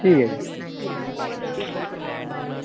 ठीक ऐ जी